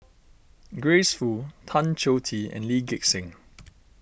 Grace Fu Tan Choh Tee and Lee Gek Seng